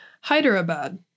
Hyderabad